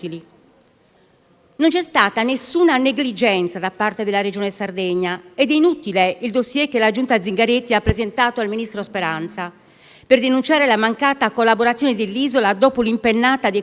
Non c'è stata alcuna negligenza da parte della regione Sardegna ed è inutile il *dossier* che la Giunta Zingaretti ha presentato al ministro Speranza per denunciare la mancata collaborazione dell'isola dopo l'impennata dei contagi.